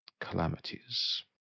calamities